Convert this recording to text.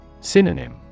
Synonym